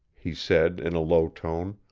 he said in a low tone.